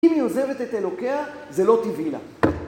אם היא עוזבת את אלוקיה, זה לא טבעי לה.